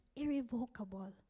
irrevocable